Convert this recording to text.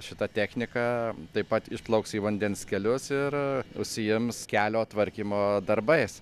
šita technika taip pat išplauks į vandens kelius ir užsiims kelio tvarkymo darbais